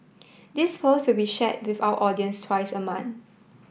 this post will be share with our audience twice a month